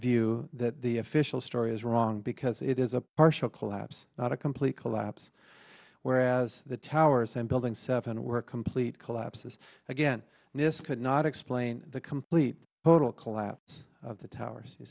view that the official story is wrong because it is a partial collapse not a complete collapse whereas the towers and building seven were complete collapses again and this could not explain the complete total collapse of the towers you